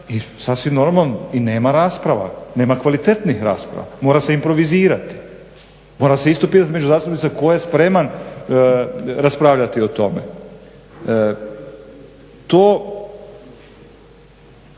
i sasvim normalno nema rasprava, nema kvalitetnih rasprava, mora se improvizirati. Mora se isto pitati među zastupnicima tko je spreman raspravljati o tome.